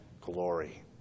glory